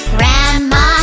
Grandma